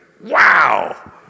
Wow